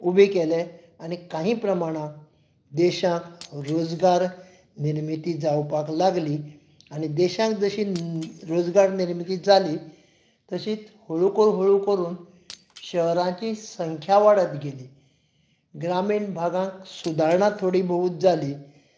उबे केले आनी काही प्रमाणांत देशांत रोजगार निर्मिती जावपाक लागली आणी देशांक जशी रोजगार निर्मिती जाली तशींत हळुहळू करून शहरांची संख्या वाडत गेली ग्रामीण भागांत सुदारणा थोडी बहूत जाली